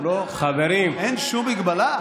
אין שום מגבלה?